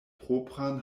propran